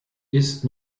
ist